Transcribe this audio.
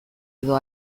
edo